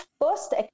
first